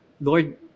Lord